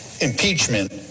impeachment